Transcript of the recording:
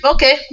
Okay